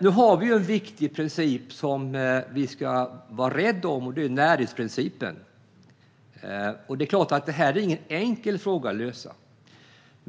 Vi har en viktig princip som vi ska vara rädda om, och det är närhetsprincipen. Men det är klart att detta inte är någon enkel fråga att lösa.